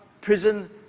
prison